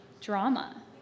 drama